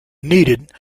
needed